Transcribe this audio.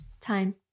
time